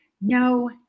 no